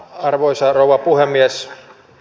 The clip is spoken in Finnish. arvoisa rouva puhemies